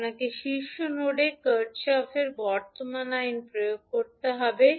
আপনাকে শীর্ষ নোডে কারশফের বর্তমান আইন Kirchoff's Current Lawপ্রয়োগ করতে হবে